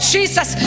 Jesus